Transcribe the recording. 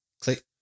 click